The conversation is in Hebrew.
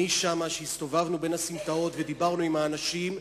כשהסתובבנו בין הסמטאות ודיברנו עם האנשים,